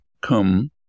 come